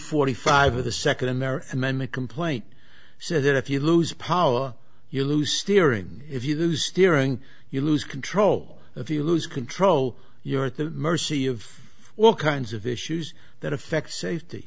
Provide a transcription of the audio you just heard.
forty five of the second in their amendment complaint so that if you lose pala you lose steering if you lose steering you lose control if you lose control you're at the mercy of well kinds of issues that affect safety